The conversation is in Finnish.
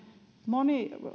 moni